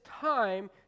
time